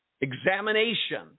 examination